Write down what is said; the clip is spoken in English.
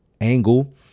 angle